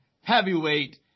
heavyweight